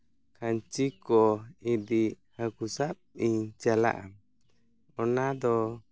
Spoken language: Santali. ᱠᱷᱟᱧᱪᱤ ᱠᱚ ᱤᱫᱤ ᱦᱟᱹᱠᱩ ᱥᱟᱵ ᱤᱧ ᱪᱟᱞᱟᱜᱼᱟ ᱚᱱᱟ ᱫᱚ